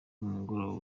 mugongo